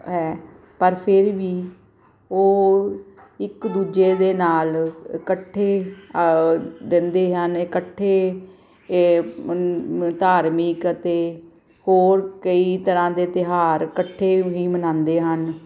ਹੈ ਪਰ ਫਿਰ ਵੀ ਉਹ ਇੱਕ ਦੂਜੇ ਦੇ ਨਾਲ ਇਕੱਠੇ ਰਹਿੰਦੇ ਹਨ ਇਕੱਠੇ ਧਾਰਮਿਕ ਅਤੇ ਹੋਰ ਕਈ ਤਰ੍ਹਾਂ ਦੇ ਤਿਉਹਾਰ ਇਕੱਠੇ ਹੀ ਮਨਾਉਂਦੇ ਹਨ